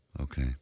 okay